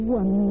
one